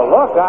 Look